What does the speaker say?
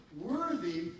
worthy